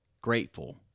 grateful